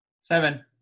Seven